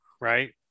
right